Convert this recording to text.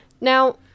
now